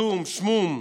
זום, שמום.